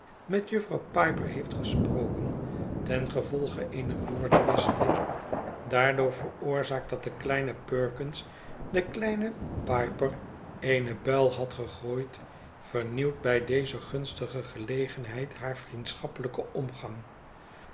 met jufvrouw piper heeft gesproken ten gevolge eener woordenwisseling daardoor veroorzaakt dat de kleine perkins den kleinen piper eene buil had gegooid vernieuwt bij deze gunstige gelegenheid haar vriendschappelijken omgang